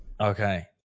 Okay